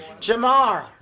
Jamar